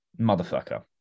motherfucker